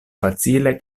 facile